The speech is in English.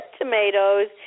tomatoes